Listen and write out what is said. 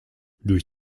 durch